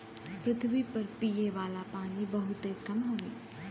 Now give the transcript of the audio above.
पृथवी पर पिए वाला पानी बहुत कम हउवे